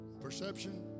perception